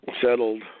settled